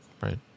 Right